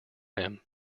him